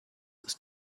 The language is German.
ist